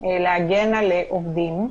להגן על עובדים,